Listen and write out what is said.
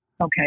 okay